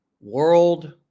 World